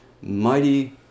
mighty